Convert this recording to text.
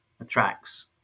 attracts